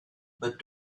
but